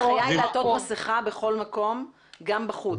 ההנחיה היא לעטות מסכה בכל מקום, גם בחוץ.